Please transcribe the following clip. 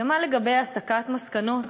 ומה לגבי הסקת מסקנות?